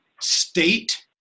state